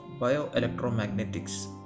bioelectromagnetics